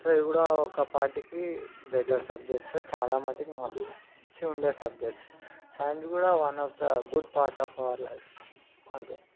so ఇవి కూడా ఒక పార్ట్ కి బెటర్ సబ్జెక్సే చాలా మటుకి మంచిగా ఉండే సబ్జెక్ట్స్ సైన్స్ కూడా one of the good part of our life అంతే